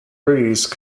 breeze